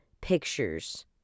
pictures